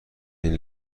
این